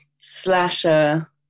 slasher